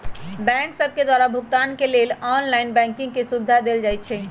bank सभके द्वारा भुगतान के लेल ऑनलाइन बैंकिंग के सुभिधा देल जाइ छै